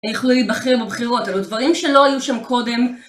איך להבחר בבחירות, אלו דברים שלא היו שם קודם.